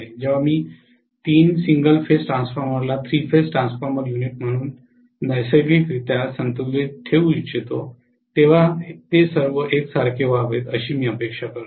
जेव्हा मी तीन सिंगल फेज ट्रान्सफॉर्मर्सला थ्री फेज ट्रान्सफॉर्मर युनिट म्हणून नैसर्गिकरीत्या संतुलित ठेवू इच्छितो तेव्हा ते सर्व एकसारखेच व्हावेत अशी मी अपेक्षा करतो